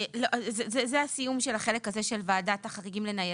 זה הסיום של החלק הזה של ועדת החריגים לניידות.